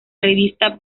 revista